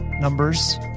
numbers